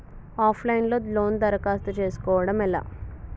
Of line లో loan దరఖాస్తు చేసుకోవడం ఎలా?